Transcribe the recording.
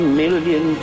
million